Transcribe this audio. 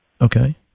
Okay